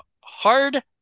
Hard